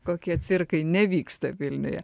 kokie cirkai nevyksta vilniuje